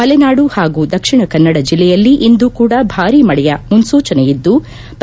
ಮಲೆನಾಡು ಹಾಗೂ ದಕ್ಷಿಣ ಕನ್ನಡ ಜಲ್ಲೆಯಲ್ಲಿ ಇಂದೂ ಕೂಡ ಭಾರಿ ಮಳೆಯ ಮುನೂಚನೆಯಿದ್ಲು